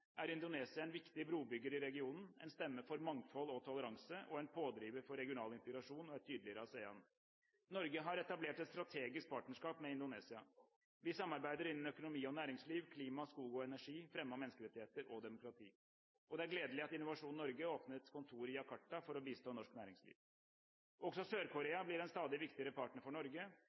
er Indonesia en viktig brobygger i regionen, en stemme for mangfold og toleranse og en pådriver for regional integrasjon og et tydeligere ASEAN. Norge har etablert et strategisk partnerskap med Indonesia. Vi samarbeider innen økonomi og næringsliv, klima, skog og energi, fremme av menneskerettigheter og demokrati. Det er gledelig at Innovasjon Norge i fjor åpnet kontor i Jakarta for å bistå norsk næringsliv. Også Sør-Korea blir en stadig viktigere partner for Norge.